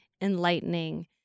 enlightening